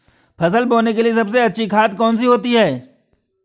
फसल बोने के लिए सबसे अच्छी खाद कौन सी होती है?